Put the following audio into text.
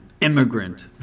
immigrant